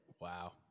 Wow